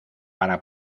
para